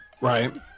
Right